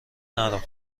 نرو